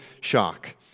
shock